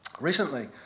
Recently